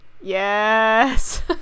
Yes